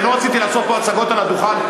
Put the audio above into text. לא רציתי לעשות פה הצגות על הדוכן,